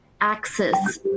access